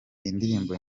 indirimbo